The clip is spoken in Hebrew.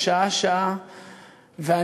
רגע, אני